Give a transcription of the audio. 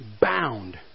bound